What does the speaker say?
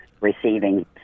receiving